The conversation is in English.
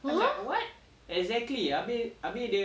!huh!